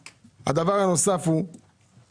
דיברו על הנוער שמעשן את